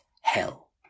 hell